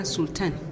Sultan